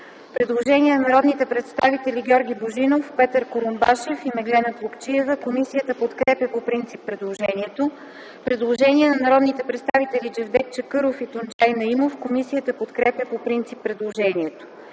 Предложение на народните представители Георги Божинов, Петър Курумбашев и Меглена Плугчиева. Комисията подкрепя по принцип предложението. Предложение на народните представители Джевдет Чакъров и Тунджай Наимов. Комисията подкрепя по принцип предложението.